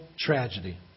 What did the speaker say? tragedy